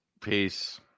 Peace